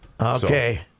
Okay